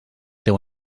teu